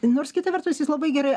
nors kita vertus jis labai gerai